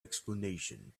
explanation